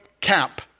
cap